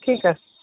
ঠিক আছে